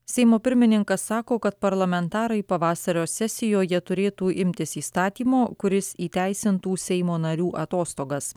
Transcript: seimo pirmininkas sako kad parlamentarai pavasario sesijoje turėtų imtis įstatymo kuris įteisintų seimo narių atostogas